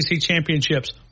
championships